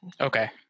Okay